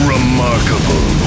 Remarkable